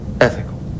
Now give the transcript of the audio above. ethical